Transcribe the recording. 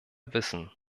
wissen